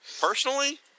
personally